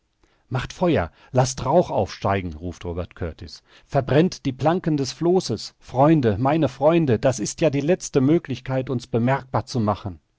macht feuer laßt rauch aufsteigen ruft robert kurtis verbrennt die planken des flosses freunde meine freunde das ist ja die letzte möglichkeit uns bemerkbar zu machen